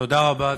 נתקבלה.